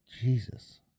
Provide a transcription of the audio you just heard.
Jesus